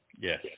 Yes